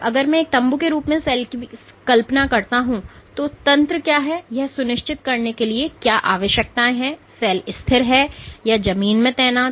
अगर मैं एक तम्बू के रूप में सेल की कल्पना करना चाहता हूं कि तंत्र क्या हैं यह सुनिश्चित करने के लिए क्या आवश्यकताएं हैं कि सेल स्थिर है या यह जमीन में तैनात है